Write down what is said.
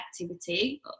activity